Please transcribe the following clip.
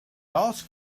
ask